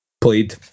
played